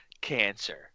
cancer